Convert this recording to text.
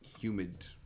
humid